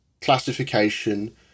classification